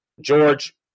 George